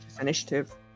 initiative